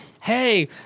Hey